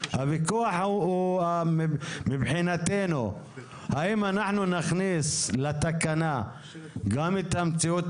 אלא הוויכוח מבחינתנו הוא האם אנחנו נכניס לתקנה גם את המציאות